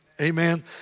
Amen